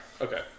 Okay